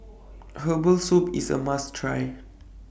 Herbal Soup IS A must Try